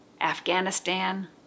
Afghanistan